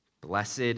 Blessed